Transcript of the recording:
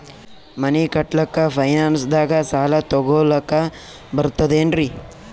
ಮನಿ ಕಟ್ಲಕ್ಕ ಫೈನಾನ್ಸ್ ದಾಗ ಸಾಲ ತೊಗೊಲಕ ಬರ್ತದೇನ್ರಿ?